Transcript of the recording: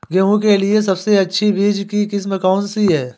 गेहूँ के लिए सबसे अच्छी बीज की किस्म कौनसी है?